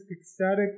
ecstatic